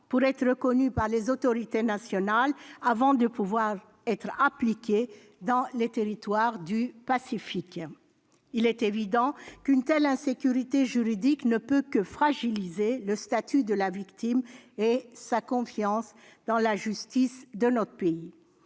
pour être reconnues par les autorités nationales avant de pouvoir être appliquées dans les territoires du Pacifique ? Il est évident qu'une telle insécurité juridique ne peut que fragiliser le statut de la victime et sa confiance dans la justice de notre pays.